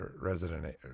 resident